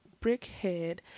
brickhead